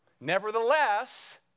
Nevertheless